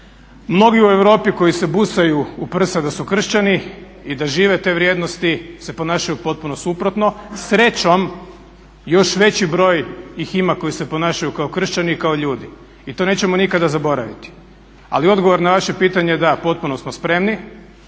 Mnogi u Europi koji se busaju u prsa da su Kršćani i da žive te vrijednosti se ponašaju potpuno suprotno. Srećom još veći broj ih ima koji se ponašaju kao Kršćani i kao ljudi i to nećemo nikada zaboraviti. Ali odgovor na vaše pitanje, da potpuno smo spremni.